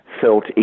felt